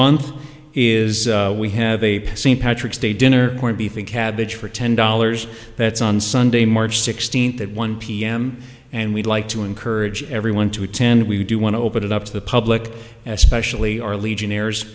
month is we have a st patrick's day dinner point beef and cabbage for ten dollars that's on sunday march sixteenth at one p m and we'd like to encourage everyone to attend we do want to open it up to the public spat fully or legionnaires